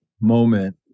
moment